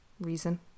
reason